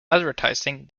advertising